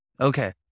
Okay